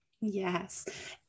Yes